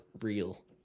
real